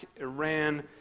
Iran